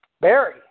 Barry